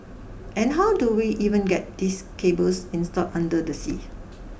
and how do we even get these cables installed under the sea